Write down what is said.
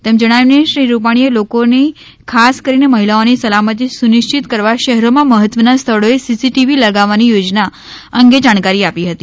તેમ જણાવીને શ્રી રૂપાણીએ લોકોની ખાસ કરીને મહિલાઓની સલામતી સુનિશ્ચિત કરવા શહેરોમાં મહત્વના સ્થળોએ સીસીટીવી લગાવવાની યોજના અંગે જાણકારી આપી હતી